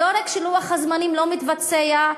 לא רק שלוח הזמנים לא מתבצע,